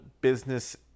Business